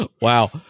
Wow